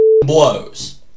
blows